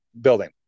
building